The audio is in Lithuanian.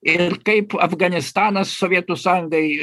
ir kaip afganistanas sovietų sąjungai